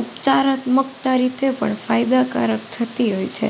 ઉપચારાત્મકતા રીતે પણ ફાયદાકારક થતી હોય છે